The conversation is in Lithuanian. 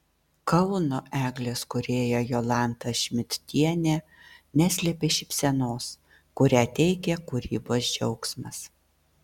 kauno eglės kūrėja jolanta šmidtienė neslėpė šypsenos kurią teikia kūrybos džiaugsmas